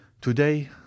today